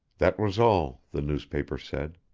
that was all, the newspaper said.